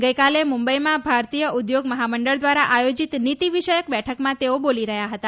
ગઇકાલે મુંબઈમાં ભારતીય ઉદ્યોગ મહામંડળ દ્વારા આયોજીત નીતીવિષયક બેઠકમાં તેઓ બોલી રહ્યા હતા